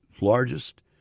largest